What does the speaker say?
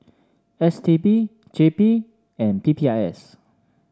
S T B J P and P P I S